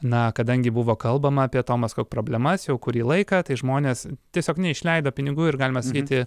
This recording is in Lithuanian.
na kadangi buvo kalbama apie tomas kuk problemas jau kurį laiką tai žmonės tiesiog neišleido pinigų ir galima sakyti